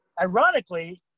ironically